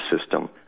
system